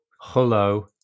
Hello